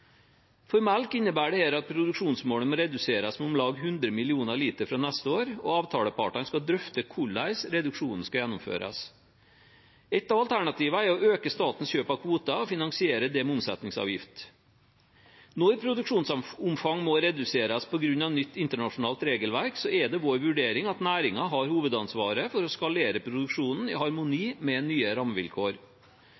For melk innebærer dette at produksjonsmålet må reduseres med om lag 100 millioner liter fra neste år, og avtalepartene skal drøfte hvordan reduksjonen skal gjennomføres. Et av alternativene er å øke statens kjøp av kvoter og finansiere det med omsetningsavgift. Når produksjonsomfang må reduseres på grunn av nytt internasjonalt regelverk, er det vår vurdering at næringen har hovedansvaret for å skalere produksjonen i harmoni